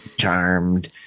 Charmed